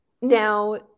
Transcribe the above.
Now